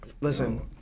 Listen